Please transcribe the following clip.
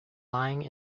lying